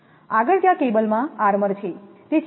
આગળ ત્યાં કેબલમાં આર્મર છે છે